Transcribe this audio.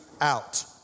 out